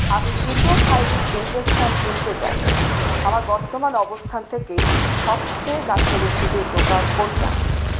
আমি etophylline injection কিনতে চাই আমার বর্তমান অবস্থান থেকে সবচেয়ে কাছের ওষুধের দোকান কোনটা